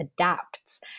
adapts